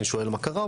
אני שואל מה קרה,